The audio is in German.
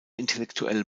intellektuell